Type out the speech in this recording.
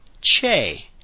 che